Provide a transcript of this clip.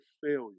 failure